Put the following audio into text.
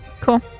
Cool